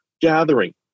gathering